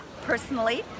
personally